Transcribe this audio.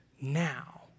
now